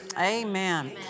Amen